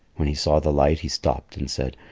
when he saw the light, he stopped and said,